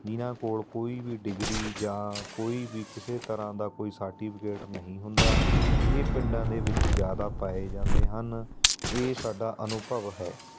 ਜਿਹਨਾਂ ਕੋਲ ਕੋਈ ਵੀ ਡਿਗਰੀ ਜਾਂ ਕੋਈ ਵੀ ਕਿਸੇ ਤਰ੍ਹਾਂ ਦਾ ਕੋਈ ਸਰਟੀਫ਼ਿਕੇਟ ਨਹੀਂ ਹੁੰਦਾ ਇਹ ਪਿੰਡਾਂ ਦੇ ਵਿੱਚ ਜ਼ਿਆਦਾ ਪਾਏ ਜਾਂਦੇ ਹਨ ਇਹ ਸਾਡਾ ਅਨੁਭਵ ਹੈ